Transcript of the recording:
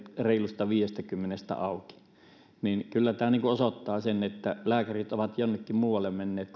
reilusta viidestäkymmenestä auki tämä kyllä osoittaa sen että lääkärit ovat jonnekin muualle menneet